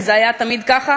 כי זה היה תמיד ככה,